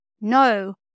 No